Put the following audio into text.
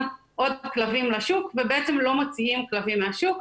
עוד כלבים לשוק ובעצם לא מוציאים כלבים מהשוק,